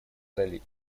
зале